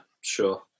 sure